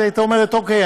היא הייתה אומרת: אוקיי,